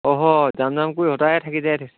অঁ হয় যাম যাম কৰি সদায় থাকি যায়